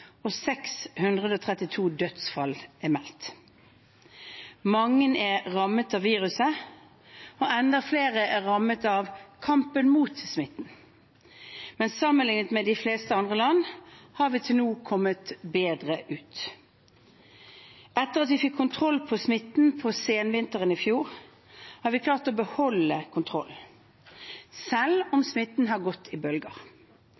og 632 dødsfall er meldt. Mange er rammet av viruset, og enda flere er rammet av kampen mot smitten. Men sammenliknet med de fleste andre land har vi til nå kommet bedre ut. Etter at vi fikk kontroll på smitten på senvinteren i fjor, har vi klart å beholde kontrollen, selv om smitten har gått i bølger.